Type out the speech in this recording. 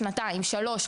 שנתיים ,שלוש,